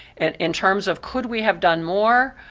and in terms of could we have done more,